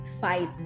fight